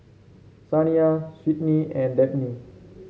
Saniyah Sydni and Dabney